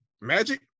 Magic